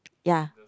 ya